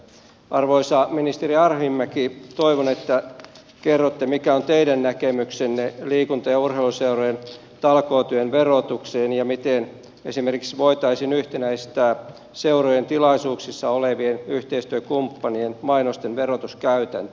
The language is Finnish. arvoisa ministeri arhinmäki toivon että kerrotte mikä on teidän näkemyksenne liikunta ja urheiluseurojen talkootyön verotuksesta ja miten esimerkiksi voitaisiin yhtenäistää seurojen tilaisuuksissa olevien yhteistyökumppanien mainosten verotuskäytäntö